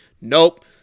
Nope